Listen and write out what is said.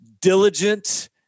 diligent